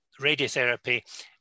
radiotherapy